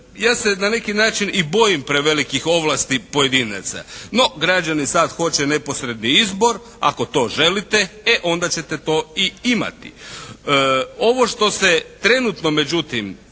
Ja se na neki način i bojim prevelikih ovlasti pojedinaca, no građani sad hoće neposredni izbor, ako to želite, e onda ćete to i imati.